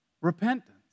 Repentance